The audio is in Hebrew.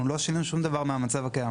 אנחנו לא שינינו שום דבר מהמצב הקיים?